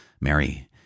Mary